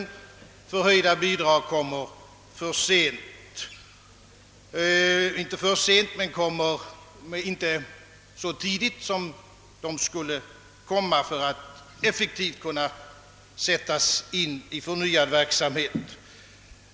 De förhöjda bidragen kommer litet för sent för att effektivt kunna sättas in i förnyad verksamhet.